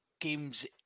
games